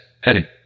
heading